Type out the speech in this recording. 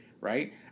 right